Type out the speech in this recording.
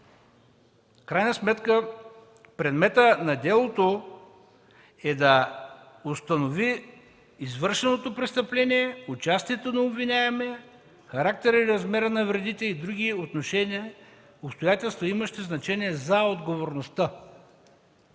крайна сметка предметът на делото е да установи извършеното престъпление, участието на обвиняемия, характера и размера на вредите и други отношения и обстоятелства, имащи значение за отговорността.